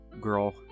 girl